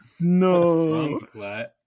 No